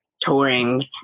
touring